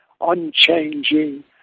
unchanging